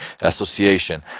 association